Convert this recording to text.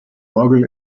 orgel